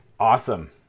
Awesome